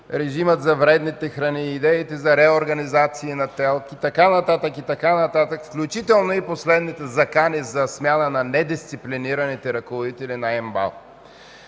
режимът за вредните храни, идеите за реорганизации на ТЕЛК и така нататък, и така нататък, включително последните закани за смяна на недисциплинираните ръководители на МБАЛ.